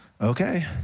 okay